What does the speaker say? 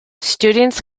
students